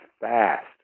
fast